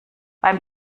beim